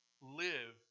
Live